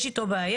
יש איתו בעיה,